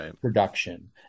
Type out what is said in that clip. production